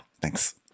thanks